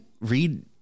read